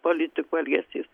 politikų elgesys